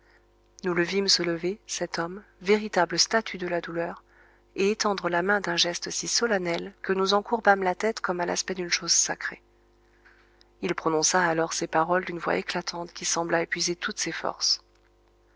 le vîmes se lever cet homme véritable statue de la douleur et étendre la main d'un geste si solennel que nous en courbâmes la tête comme à l'aspect d'une chose sacrée il prononça alors ces paroles d'une voix éclatante qui sembla épuiser toutes ses forces